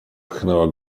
pchnęła